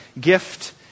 gift